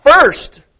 first